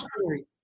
story